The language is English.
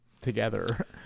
together